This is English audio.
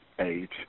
age